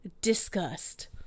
disgust